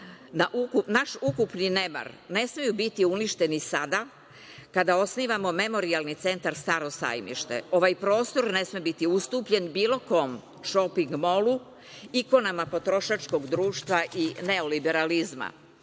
naš ukupni nemar, ne smeju biti uništeni sada kada osnivamo memorijalni centar Staro Sajmište. Ovaj prostor ne sme biti ustupljen bilo kom šoping molu, ikonama potrošačkog društva i neoliberalizma. Ali,